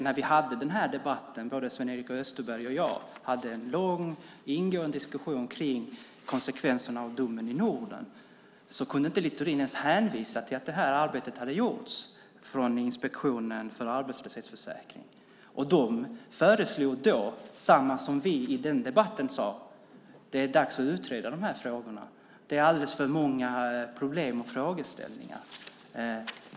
När vi hade den här debatten - både Sven-Erik Österberg och jag hade en lång ingående diskussion kring konsekvenserna av domen i Norden - kunde Littorin inte ens hänvisa till att det här arbetet hade gjorts från Inspektionen för arbetslöshetsförsäkringen. De föreslog då detsamma som vi sade i den debatten: Det är dags att utreda de här frågorna. Det är alldeles för många problem och frågeställningar.